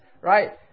right